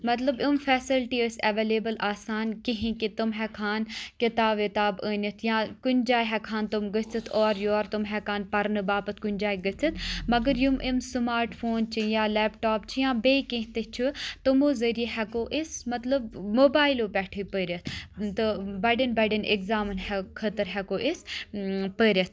مَطلَب یِم پھیسلٹی ٲسۍ اؠویلیبٕل آسان کِہِیٖنۍ کہِ تم ہؠکہَن کِتاب وِتاب أنِتھ یا کُنہِ جایہِ ہؠکہَن تم گٔژھِتھ اور یور تم ہؠکہَن پَرنہٕ باپَتھ کُنہِ جایہِ گٔژھِتھ مَگَر یِم یِم سٕماٹ فون چھِ یا لؠپٹاپ چھِ یا بیٚیہِ کینہہ تہِ چھِ تمو ذٔریِعہِ ہؠکو أسۍ مَطلَب موبایِلو پؠٹھٕے پٔرِتھ تہٕ بَڑؠن بَڑؠن اِکزامَن خٲطرٕ ہؠکو أسۍ پٔرِتھ